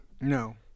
No